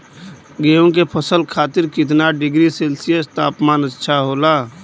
गेहूँ के फसल खातीर कितना डिग्री सेल्सीयस तापमान अच्छा होला?